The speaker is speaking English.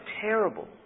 terrible